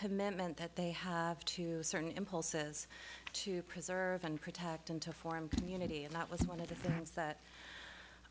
commitment that they have to certain impulses to preserve and protect and to form community and that was one of the things that